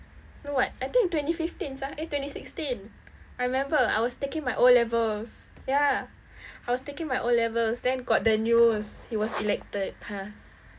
no what I think twenty fifteen ah twenty sixteen I remember I was taking my O levels ya I was taking my O levels then got the news he was elected !huh!